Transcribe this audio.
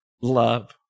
love